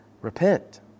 repent